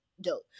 dope